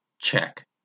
Check